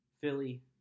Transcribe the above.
Philly